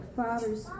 father's